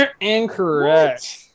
Incorrect